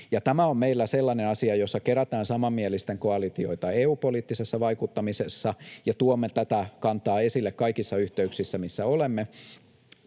Tämä on meillä sellainen asia, jossa kerätään samanmielisten koalitioita EU-poliittisessa vaikuttamisessa, ja tuomme tätä kantaa esille kaikissa yhteyksissä, missä olemme.